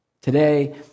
Today